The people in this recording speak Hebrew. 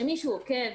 שמישהו עוקב.